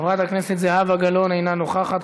חברת הכנסת זהבה גלאון, אינה נוכחת.